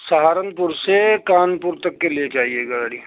سہارنپور سے کانپور تک کے لیے چاہیے گاڑی